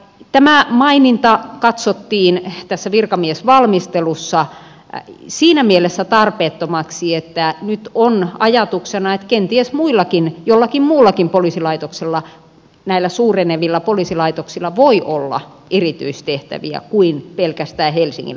tämä maininta katsottiin tässä virkamiesvalmistelussa siinä mielessä tarpeettomaksi että nyt on ajatuksena että kenties jollakin muullakin poliisilaitoksella näillä suurenevilla poliisilaitoksilla voi olla erityistehtäviä kuin pelkästään helsingillä